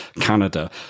Canada